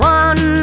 one